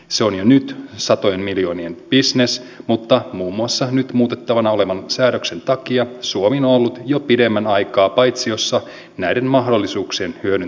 se on jo nyt satojen miljoonien bisnes mutta muun muassa nyt muutettavana olevan säädöksen takia suomi on ollut jo pidemmän aikaa paitsiossa näiden mahdollisuuksien hyödyntämisessä